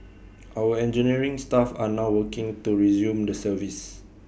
our engineering staff are now working to resume the service